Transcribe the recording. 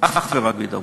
אך ורק בהידברות,